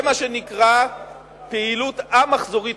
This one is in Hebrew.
זה מה שנקרא פעילות א-מחזורית,